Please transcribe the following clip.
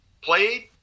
played